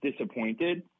disappointed